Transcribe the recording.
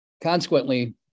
Consequently